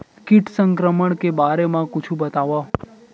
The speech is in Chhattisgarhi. कीट संक्रमण के बारे म कुछु बतावव?